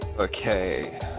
Okay